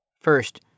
First